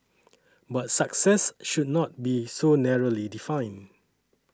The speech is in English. but success should not be so narrowly defined